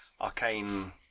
arcane